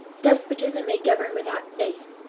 despotism may govern without faith,